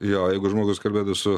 jo jeigu žmogus kalbėtų su